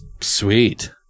Sweet